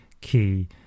key